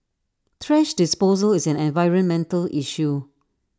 thrash disposal is an environmental issue